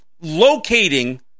locating